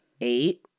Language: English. eight